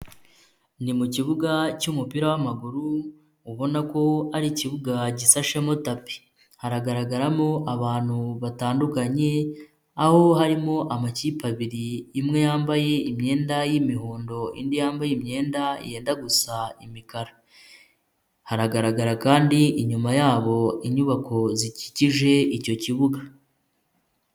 Ni mu kibuga cy'umupira w'amaguru ubona ko ari ikibuga gisashemo tapi, haragaragaramo abantu batandukanye aho harimo amakipe abiri imwe yambaye imyenda y'imihondo indi yambaye imyenda yenda gusa imikara, haragaragara kandi inyuma yabo inyubako zikikije icyo kibuga.